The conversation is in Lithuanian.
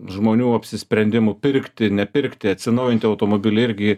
žmonių apsisprendimų pirkti nepirkti atsinaujinti automobilį irgi